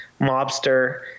mobster